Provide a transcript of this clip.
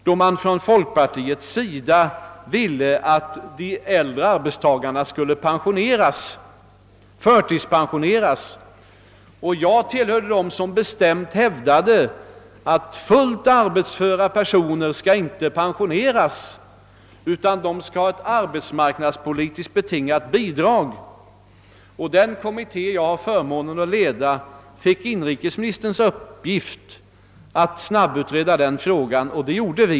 Då ville man inom folkpartiet att de äldre arbetstagarna skulle förtidspensioneras. Jag tillhörde dem som bestämt hävdade att fullt arbetsföra personer inte bör pensioneras utan att de i stället bör få ett arbetsmarknadspolitiskt betingat bidrag. Den kommitté jag har förmånen att leda fick inrikesministerns uppdrag att snabbutreda den frågan, och det gjordes även.